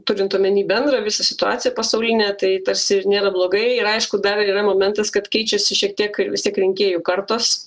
turint omeny bendrą visą situaciją pasaulinę tai tarsi ir nėra blogai ir aišku dar yra momentas kad keičiasi šiek tiek vistik rinkėjų kartos